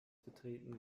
betreten